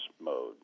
mode